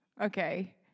Okay